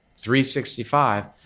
365